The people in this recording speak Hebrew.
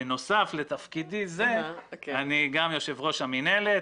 בנוסף לתפקידי זה אני גם יו"ר המינהלת,